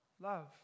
Love